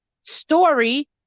story